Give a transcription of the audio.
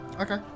Okay